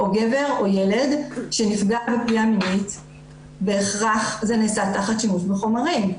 גבר או ילד שנפגעו פגיעה מינית בהכרח זה נעשה תחת שימוש בחומרים.